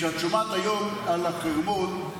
כשאת שומעת היום על החרמון,